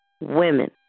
women